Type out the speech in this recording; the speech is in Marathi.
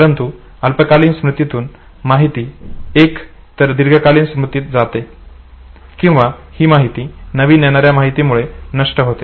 परंतु अल्पकालीन स्मृतीतून माहिती एक तर दीर्घकालीन स्मृतीत जाते किंवा ही माहिती नवीन येणाऱ्या माहितीमुळे नष्ट होते